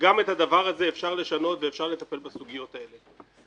שגם את הדבר הזה אפשר לשנות ואפשר לטפל בסוגיות האלה.